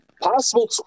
possible